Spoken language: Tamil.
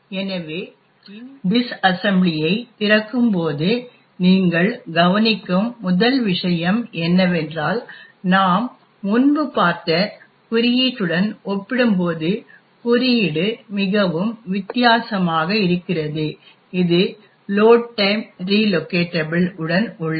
எனவே இந்த டிஸ்அசெம்பிளியை திறக்கும்போது நீங்கள் கவனிக்கும் முதல் விஷயம் என்னவென்றால் நாம் முன்பு பார்த்த குறியீட்டுடன் ஒப்பிடும்போது குறியீடு மிகவும் வித்தியாசமாக இருக்கிறது அது லோட் டைம் ரிலோகேட்டபிள் உடன் உள்ளது